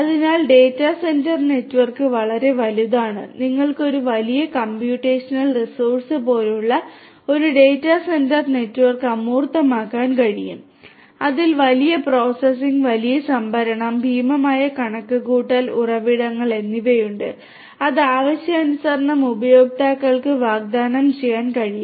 അതിനാൽ data centre network വളരെ വലുതാണ് നിങ്ങൾക്ക് ഒരു വലിയ കമ്പ്യൂട്ടേഷണൽ റിസോഴ്സ് പോലുള്ള ഒരു ഡാറ്റാ സെന്റർ നെറ്റ്വർക്ക് അമൂർത്തമാക്കാൻ കഴിയും അതിൽ വലിയ പ്രോസസ്സിംഗ് വലിയ സംഭരണം ഭീമമായ കണക്കുകൂട്ടൽ ഉറവിടങ്ങൾ എന്നിവയുണ്ട് അത് ആവശ്യാനുസരണം ഉപയോക്താക്കൾക്ക് വാഗ്ദാനം ചെയ്യാൻ കഴിയും